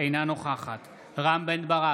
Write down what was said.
אינה נוכחת רם בן ברק,